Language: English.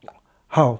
好